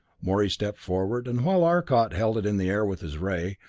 morey stepped forward, and while arcot held it in the air with his ray,